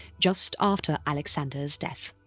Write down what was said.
just after alexander's death.